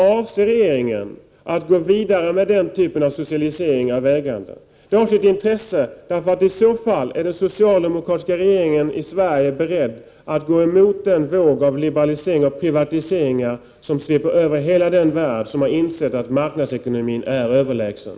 Avser regeringen att gå vidare med den typen av socialiseringar av ägandet? Det har sitt intresse på grund av att det i så fall innebär att den socialdemokratiska regeringen i Sverige är beredd att gå emot den våg av liberaliseringar och privatiseringar som sveper över hela den värld som har insett att marknadsekonomin är överlägsen.